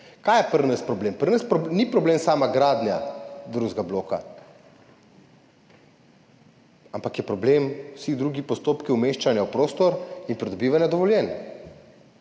Kaj je pri nas problem? Pri nas ni problem sama gradnja drugega bloka, ampak so problem vsi drugi postopki umeščanja v prostor in pridobivanja dovoljenj,